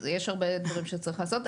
יש הרבה אתגרים שצריך לעשות.